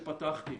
שפתחתי,